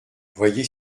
voyez